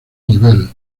nivel